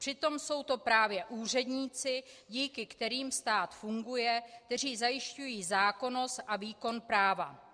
Přitom jsou to právě úředníci, díky kterým stát funguje, kteří zajišťují zákonnost a výkon práva.